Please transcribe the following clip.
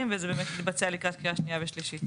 וזה באמת יתבצע לקראת קריאה שנייה ושלישית.